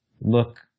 look